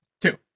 Two